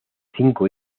cinco